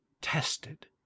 tested